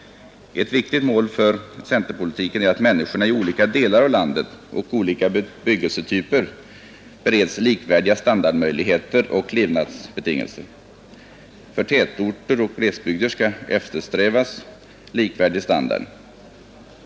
Ett viktigt mål för centerpolitiken är att människorna i olika delar av landet och i landsdelar med olika bebyggelsetyper beredes likvärdiga standardmöjligheter och levnadsbetingelser. För tätorter och glesbygder skall eftersträvas likvärdig standard.